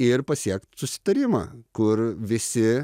ir pasiekt susitarimą kur visi